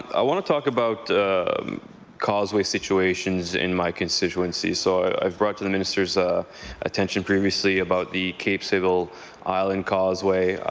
i want to talk about causeway situations in my constituency. so i have brought to the minister's ah attention previously about the cape civil island causeway.